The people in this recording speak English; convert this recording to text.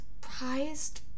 prized